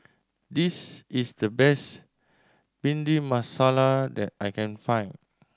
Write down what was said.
this is the best Bhindi Masala that I can find